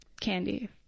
candy